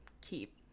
keep